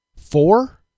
four